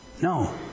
No